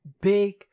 big